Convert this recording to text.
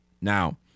Now